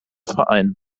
verein